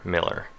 Miller